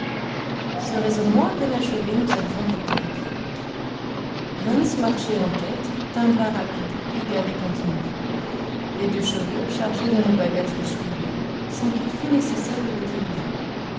ce raisonnement à peine achevé nous avions quitté reykjawik hans marchait en tête d'un pas rapide égal et continu les deux chevaux chargés de nos bagages le suivaient sans qu'il fût nécessaire de les diriger